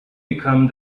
become